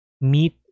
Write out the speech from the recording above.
meet